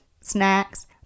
snacks